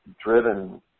driven